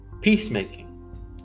peacemaking